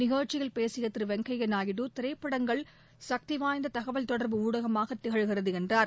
நிகழ்ச்சியில் பேசிய திரு வெங்கையா நாயுடு திரைப்படங்கள் சக்தி வாய்ந்த தகவல் தொடா்பு ஊடகமாக திகழ்கிறது என்றார்